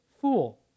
fool